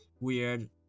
weird